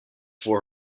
for